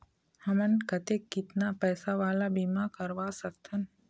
हमन कतेक कितना पैसा वाला बीमा करवा सकथन?